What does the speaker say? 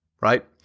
right